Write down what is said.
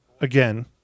again